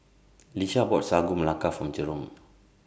Lish bought Sagu Melaka For Jerome